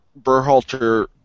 Berhalter